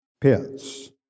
pits